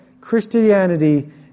Christianity